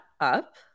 up